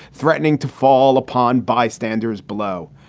threatening to fall upon bystanders below.